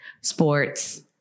sports